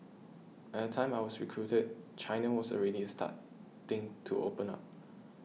at the time I was recruited China was already starting to open up